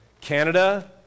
Canada